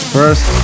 First